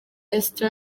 esther